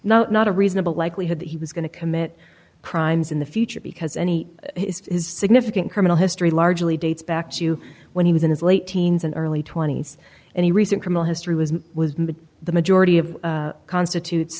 not not a reasonable likelihood that he was going to commit crimes in the future because any significant criminal history largely dates back to when he was in his late teens and early twenty's any recent criminal history was the majority of constitutes